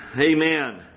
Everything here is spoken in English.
Amen